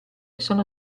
sono